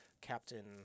captain